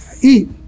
eat